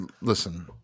Listen